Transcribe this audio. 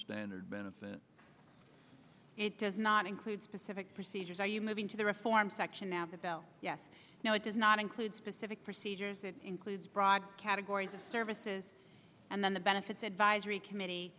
standard benefit it does not include specific procedures are you moving to the reform section now the bill yes no it does not include specific procedures it includes broad categories of services and then the benefits advisory committee